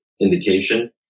indication